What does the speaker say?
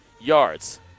yards